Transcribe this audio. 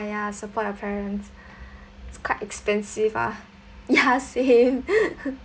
ah ya support your parents it's quite expensive ah ya same